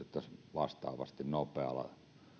vastaavasti nopealla